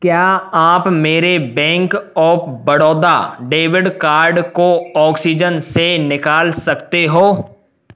क्या आप मेरे bank of Baroda debit card को ऑक्सीजन से निकाल सकते हो